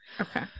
okay